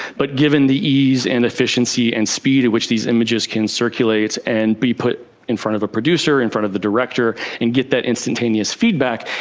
but given the ease and efficiency and speeds at which these images can circulate and be put in front of a producer, in front of the director and get that instantaneous feedback,